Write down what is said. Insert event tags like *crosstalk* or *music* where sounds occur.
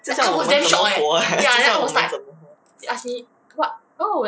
这样我这样活 leh *laughs* 加上我们这样活 eh